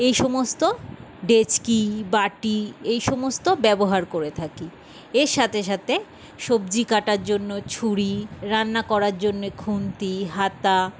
এই সমস্ত ডেচকি বাটি এই সমস্ত ব্যবহার করে থাকি এর সাথে সাথে সবজি কাটার জন্য ছুরি রান্না করার জন্যে খুন্তি হাতা